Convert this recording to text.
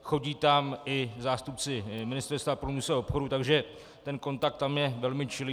Chodí tam i zástupci Ministerstva průmyslu a obchodu, takže ten kontakt tam je velmi čilý.